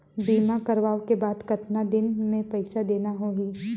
बीमा करवाओ के बाद कतना दिन मे पइसा देना हो ही?